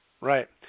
Right